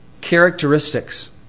characteristics